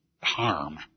harm